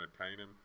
entertaining